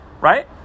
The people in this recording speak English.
right